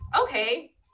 Okay